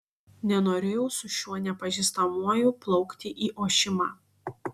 nenorėjau su šiuo nepažįstamuoju plaukti į ošimą